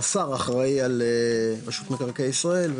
השר אחראי על רשות מקרקעי ישראל,